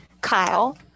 Kyle